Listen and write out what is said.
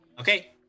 Okay